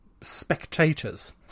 spectators